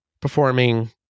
performing